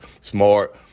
smart